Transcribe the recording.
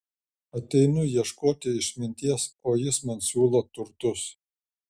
ateinu ieškoti išminties o jis man siūlo turtus